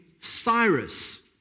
Cyrus